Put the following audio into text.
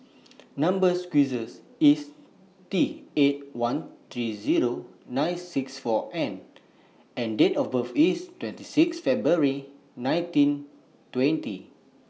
Number sequence IS T eight one three Zero nine six four N and Date of birth IS twenty six February nineteen twenty